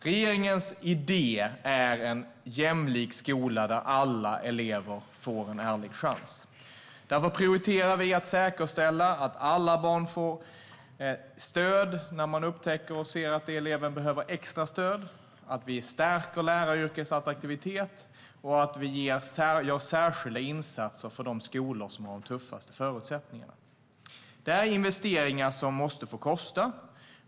Regeringens idé är en jämlik skola där alla elever får en ärlig chans. Därför prioriterar vi att säkerställa att alla barn får stöd om man upptäcker att de behöver extra stöd. Vi stärker läraryrkets attraktivitet och gör särskilda insatser för de skolor som har de tuffaste förutsättningarna. Det här är investeringar som måste få kosta.